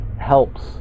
helps